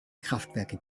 kraftwerke